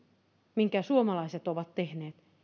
minkä suomalaiset ovat tehneet